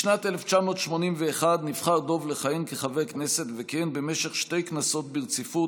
בשנת 1981 נבחר דב לכהן כחבר כנסת וכיהן במשך שתי כנסות ברציפות,